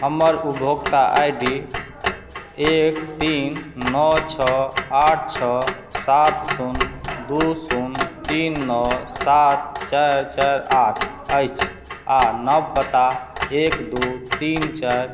हमर उपभोक्ता I D एक तीन नओ छओ आठ छओ सात शून्य दू शून्य तीन नओ सात चारि चारि आठ अछि आ नव पता एक दू तीन चारि